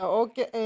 okay